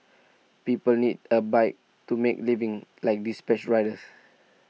people need A bike to make living like dispatch riders